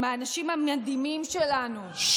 עם האנשים המדהימים שלנו, ששש.